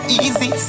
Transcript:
easy